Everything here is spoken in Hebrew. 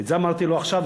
את זה לא אמרתי עכשיו,